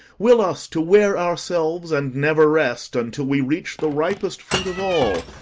will us to wear ourselves, and never rest, until we reach the ripest fruit of all,